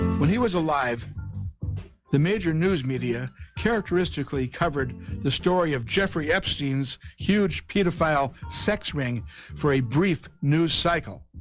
he was alive the major news media characteristically covered the story of jeffrey epstein's huge hit a file sex ring for a brief news cycle